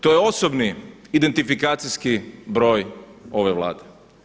To je osobni identifikacijski broj ove Vlade.